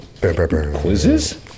Quizzes